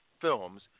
films